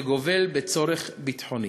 זה גובל בצורך ביטחוני.